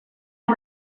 and